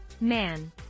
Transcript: Man